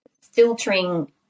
filtering